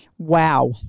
Wow